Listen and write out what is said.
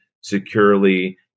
Securely